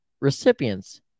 recipients